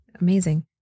Amazing